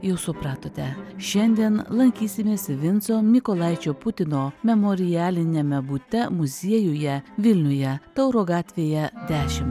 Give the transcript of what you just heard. jau supratote šiandien lankysimės vinco mykolaičio putino memorialiniame bute muziejuje vilniuje tauro gatvėje dešimt